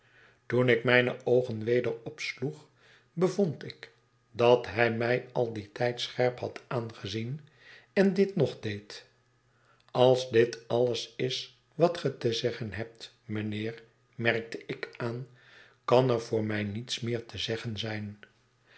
toen ik mijne oogen weder opsloeg bevond ik dat hij mij al dien tijd scherp had aangezien en dit nog deed als dit alles is wat ge te zeggen hebt mynheer merkte ik aan kan er voor mij niets meer te zeggen zijn